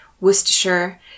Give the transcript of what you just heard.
Worcestershire